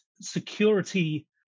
security